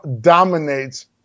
dominates